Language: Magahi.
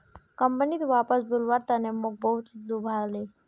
कंपनीत वापस बुलव्वार तने मोक बहुत लुभाले